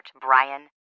Brian